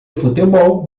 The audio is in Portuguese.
futebol